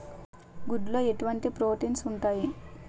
గుడ్లు లో ఎటువంటి ప్రోటీన్స్ ఉంటాయి?